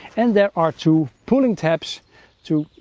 and there are two pulling tabs to